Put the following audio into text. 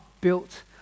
built